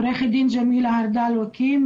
אני עורכת דין ג'מילה הרדל ואכים,